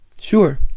Sure